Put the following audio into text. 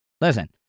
listen